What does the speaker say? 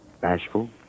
Bashful